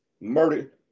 murder